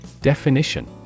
Definition